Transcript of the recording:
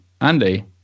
andy